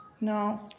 No